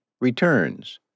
returns